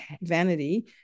vanity